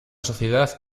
sociedad